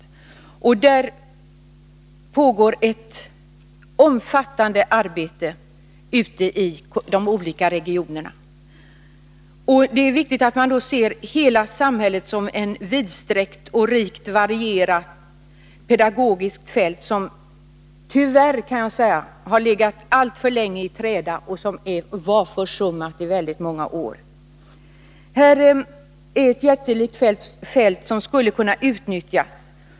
I det syftet pågår ett omfattande arbete ute i de olika regionerna. Det är viktigt att se hela samhället som ett vidsträckt och rikt varierat pedagogiskt fält, som tyvärr har legat i träda alltför länge och som var försummat i många år. Här är ett jättelikt fält som skulle kunna utnyttjas.